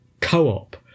co-op